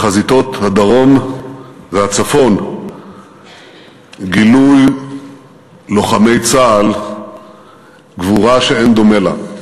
בחזיתות הדרום והצפון גילו לוחמי צה"ל גבורה שאין דומה לה.